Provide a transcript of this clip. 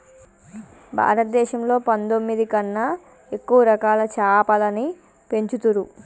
భారతదేశంలో పందొమ్మిది కన్నా ఎక్కువ రకాల చాపలని పెంచుతరు